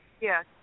Yes